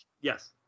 Yes